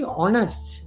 honest